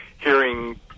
hearing